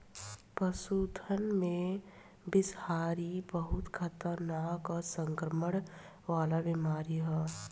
पशुधन में बिषहरिया बहुत खतरनाक आ संक्रमण वाला बीमारी ह